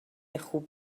خوب